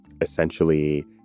essentially